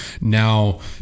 now